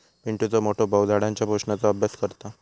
पिंटुचो मोठो भाऊ झाडांच्या पोषणाचो अभ्यास करता